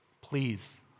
Please